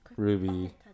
Ruby